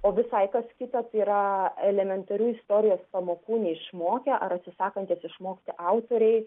o visai kas kita tai yra elementarių istorijos pamokų neišmokę ar atsisakantys išmokti autoriai